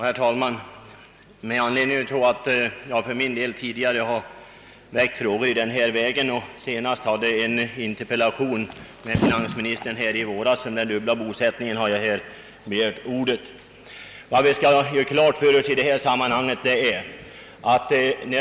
Herr talman! Eftersom jag tidigare tagit upp denna fråga och senast i våras riktade en interpellation till finansministern om den dubbla bosättningen har jag begärt ordet i denna debatt.